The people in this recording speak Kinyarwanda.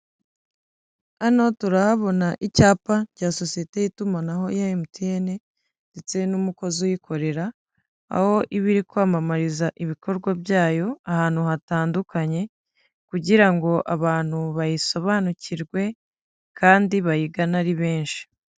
Hano turahabona icyapa cya sosiyete y'itumanaho ya MTN ndetse n'umukozi uyikorera aho iba iri kwamamariza ibikorwa byayo ahantu hatandukanye kugira ngo abantu bayisobanukirwe kandi bayigane ari benshi.